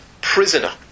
Prisoner